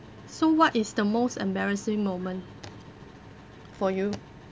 so what is the most embarrassing moment for you